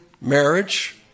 Marriage